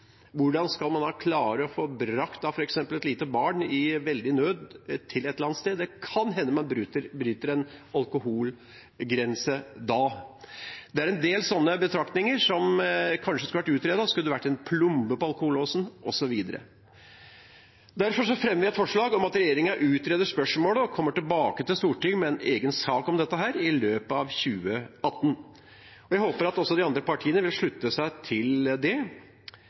lite barn i veldig nød til et eller annet sted? Det kan hende man bryter en alkoholgrense da. Det er en del slike betraktninger som kanskje skulle vært utredet – om det skulle vært en plombe på alkohollåsen, osv. Derfor fremmer vi et forslag om at regjeringen utreder spørsmålet og kommer tilbake til Stortinget med en egen sak om dette i løpet av 2018. Jeg håper at også de andre partiene vil slutte seg til det.